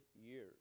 years